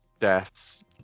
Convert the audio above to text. deaths